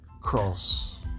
cross